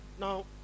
Now